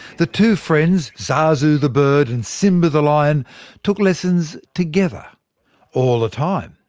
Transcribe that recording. the two friends, zazu the bird and simba the lion took lessons together all the time.